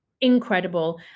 incredible